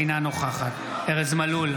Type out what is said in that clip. אינה נוכחת ארז מלול,